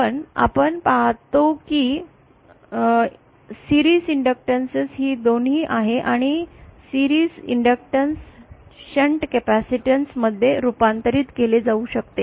पण आपण पाहतो की मालिका इंडक्टॅन्स ही दोन्ही आहे एक मालिका इंडक्टन्स शंट कॅपेसिटेन्स मध्ये रूपांतरित केली जाऊ शकते